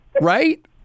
right